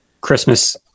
christmas